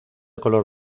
color